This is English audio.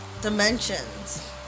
dimensions